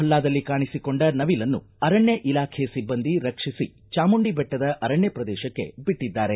ಮೊಹಲ್ಲಾದಲ್ಲಿ ಕಾಣಿಸಿಕೊಂಡ ನವಿಲನ್ನು ಅರಣ್ಯ ಇಲಾಖೆ ಸಿಬ್ಬಂದಿ ರಕ್ಷಿಸಿ ಚಾಮುಂಡಿಬೆಟ್ಟದ ಅರಣ್ಯ ಪ್ರದೇಶಕ್ಕೆ ಬಿಟ್ಟಿದ್ದಾರೆ